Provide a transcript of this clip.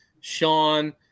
Sean